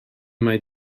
mae